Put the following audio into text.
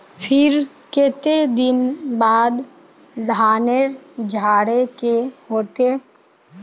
फिर केते दिन बाद धानेर झाड़े के होते?